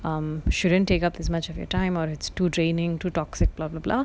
um shouldn't take up as much of your time on its two draining too toxic blah blah blah